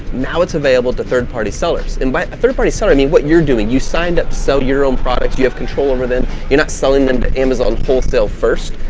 now it's available to third-party sellers and by third-party, son, i mean what you're doing you signed up to sell your own products, you have control over them, you're not selling them to amazon wholesale first.